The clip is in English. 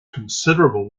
considerable